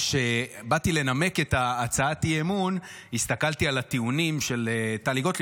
כשבאתי לנמק את הצעת האי-אמון הסתכלתי על הטיעונים של טלי גוטליב.